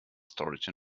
storage